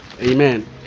Amen